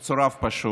פשוט מצורף.